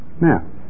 Now